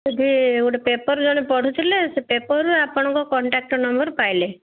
ସେଇଠି ଗୋଟେ ପେପର୍ ଜଣେ ପଢ଼ୁଥିଲେ ସେ ପେପର୍ରୁ ଆପଣଙ୍କ କଣ୍ଟାକ୍ଟ୍ ନମ୍ବର୍ ପାଇଲେ